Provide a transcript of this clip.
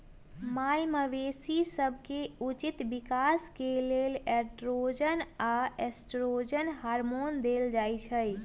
माल मवेशी सभके उचित विकास के लेल एंड्रोजन आऽ एस्ट्रोजन हार्मोन देल जाइ छइ